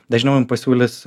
dažniau jum pasiūlys